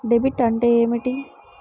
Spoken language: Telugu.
డెబిట్ అంటే ఏమిటి?